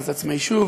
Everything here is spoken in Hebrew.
ואז עצמאי שוב,